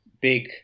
big